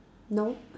no